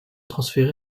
transférés